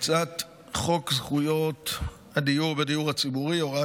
הצעת החוק המוצגת בזאת מטעם משרד הבינוי והשיכון נדרשת נוכח